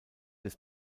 des